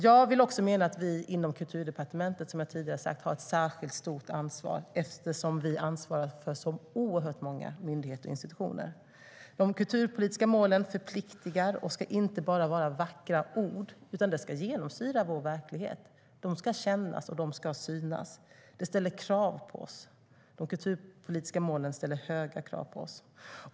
Jag menar att vi inom Kulturdepartementet har ett särskilt stort ansvar eftersom vi ansvarar för så oerhört många myndigheter och institutioner. De kulturpolitiska målen förpliktar och ska inte bara vara vackra ord utan genomsyra vår verklighet. De ska kännas och de ska synas. De kulturpolitiska målen ställer höga krav på oss.